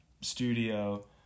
studio